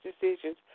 decisions